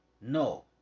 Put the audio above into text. No